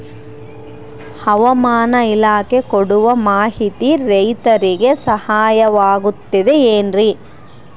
ಹವಮಾನ ಇಲಾಖೆ ಕೊಡುವ ಮಾಹಿತಿ ರೈತರಿಗೆ ಸಹಾಯವಾಗುತ್ತದೆ ಏನ್ರಿ?